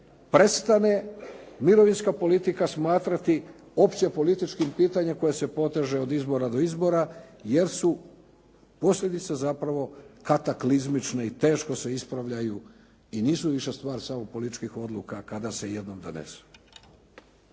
prestane mirovinska politika smatrati opće političkim pitanjem koje se poteže od izbora do izbora, jer su posljedice zapravo kataklizmičke i teško se ispravljaju i nisu više samo političkih odluka kada se jednom donesu.